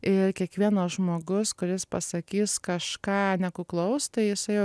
ir kiekvienas žmogus kuris pasakys kažką nekuklaus tai jisai jau